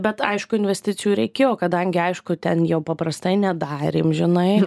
bet aišku investicijų reikėjo kadangi aišku ten jau paprastai nedarėm žinai